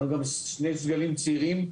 יש לנו גם שני סגלים צעירים,